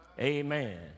Amen